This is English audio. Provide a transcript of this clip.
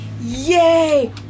yay